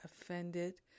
offended